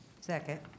Second